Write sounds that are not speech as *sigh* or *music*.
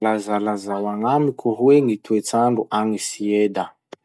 *noise* Mba lazalazao agnamiko hoe gny toetsandro agny Sueda?